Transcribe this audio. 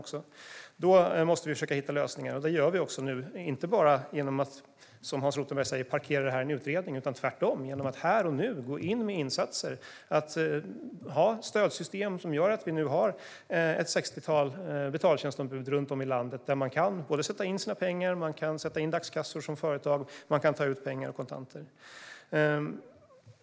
Då måste vi försöka hitta lösningar, och det gör vi också - inte bara genom att, som Hans Rothenberg säger, parkera detta i en utredning, utan tvärtom genom att här och nu gå in med insatser och ha stödsystem som gör att vi nu har ett sextiotal betaltjänstombud runt om i landet, där man kan sätta in sina pengar, sätta in dagskassor som företag och ta ut kontanter.